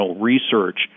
research